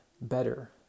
better